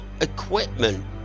equipment